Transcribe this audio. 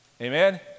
Amen